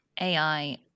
ai